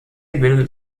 bildet